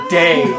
day